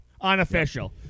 Unofficial